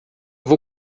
vou